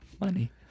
money